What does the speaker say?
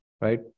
right